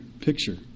picture